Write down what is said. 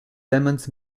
lemons